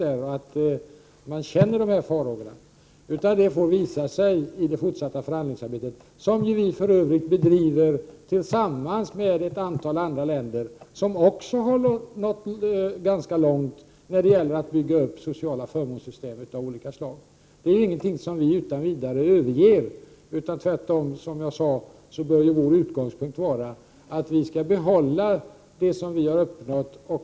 Det fortsatta förhandlingsarbetet får, som sagt, utvisa hur det skall bli. Detta förhandlingsarbete bedriver vi i Sverige för övrigt tillsammans med ett antal andra länder som också har nått ganska långt när det gäller att bygga upp sociala förmånssystem av olika slag. Dessa system kommer vi ju inte att utan vidare överge. Tvärtom bör det vara vår utgångspunkt att vi skall behålla det som vi har uppnått.